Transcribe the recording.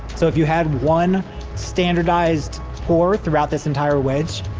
so if you have one standardized pore throughout this entire wedge,